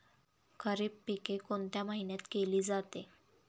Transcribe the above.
खरीप पिके कोणत्या महिन्यात केली जाते?